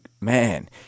man